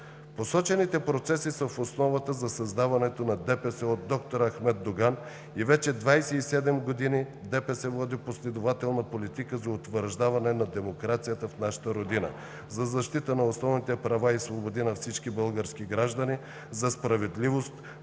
Посочените процеси са в основата за създаването на ДПС от д-р Ахмед Доган и вече 27 години ДПС води последователна политика за утвърждаване на демокрацията в нашата родина, за защита на основните права и свободи на всички български граждани, за справедливост,